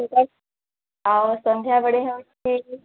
ସେଇଟା ଆଉ ସନ୍ଧ୍ୟାବେଳେ ହେଉଛି